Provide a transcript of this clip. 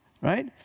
right